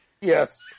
yes